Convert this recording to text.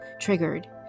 triggered